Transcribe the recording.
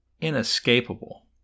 inescapable